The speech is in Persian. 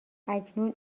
اکنون